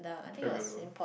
remember